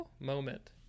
moment